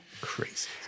crazy